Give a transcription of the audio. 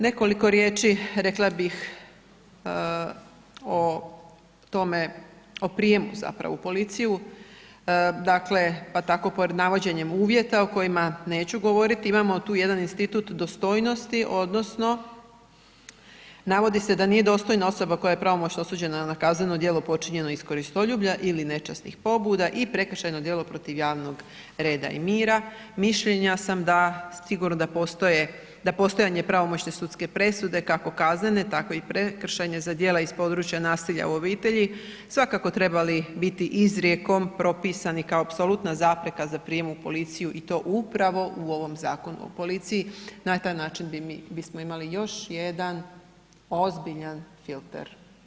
Nekoliko riječi rekla bih o tome, o prijemu zapravo u policiju, dakle, pa tako pored navođenjem uvjeta o kojima neću govoriti, imamo tu jedan institut dostojnosti odnosno navodi se da nije dostojna osoba koja je pravomoćno osuđena na kazneno djelo počinjeno iz koristoljublja ili nečasnih pobuda i prekršajno djelo protiv javnog reda i mira, mišljenja sam da sigurno da postojanje pravomoćne sudske presude kako kaznene, tako i prekršajne za djela iz područja nasilja u obitelji, svakako trebali biti izrijekom propisani kao apsolutna zapreka za prijem u policiju i to upravo u ovom Zakonu o policiji, na taj način bismo imali još jedan ozbiljan filter.